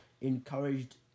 Encouraged